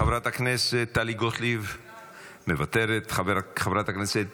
חברת הכנסת טלי גוטליב, מוותרת, חברת הכנסת